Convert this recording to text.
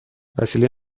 وسیله